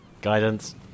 Guidance